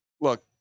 look